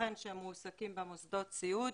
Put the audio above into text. ייתכן שהם מועסקים במוסדות סיעוד.